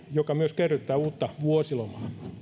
joka myös kerryttää uutta vuosilomaa